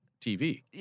TV